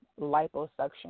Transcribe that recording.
liposuction